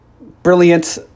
brilliant